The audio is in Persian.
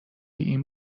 این